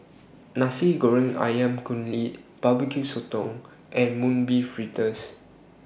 Nasi Goreng Ayam Kunyit Barbecue Sotong and Mung Bean Fritters